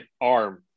arm